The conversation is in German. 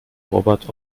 robert